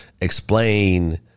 explain